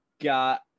got